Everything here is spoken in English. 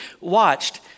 watched